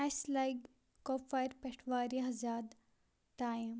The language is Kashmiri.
اَسہِ لَگہِ کۄپوارِ پیٹھ واریاہ زیادٕ ٹایم